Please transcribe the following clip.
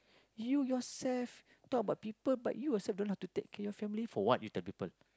you yourself talk about people but you yourself don't know how to take care your family for what you tell people